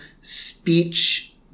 speech